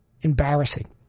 embarrassing